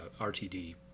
RTD